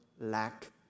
lack